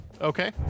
Okay